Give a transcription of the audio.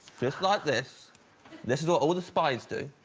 just like this this is what all the spies do